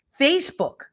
Facebook